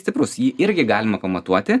stiprus jį irgi galima pamatuoti